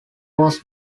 was